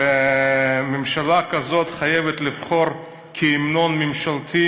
וממשלה כזאת חייבת לבחור כהמנון ממשלתי,